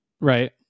Right